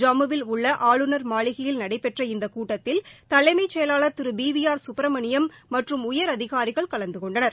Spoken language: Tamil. ஜம்மு வில் உள்ள ஆளுநர் மாளிகையில் நடைபெற்ற இந்த கூட்டத்தில் தலைமைச் செயலாளர் திரு பி வி ஆர் சுப்ரமணியம் மற்றும் உயரதிகாரிகள் கலந்து கொண்டனர்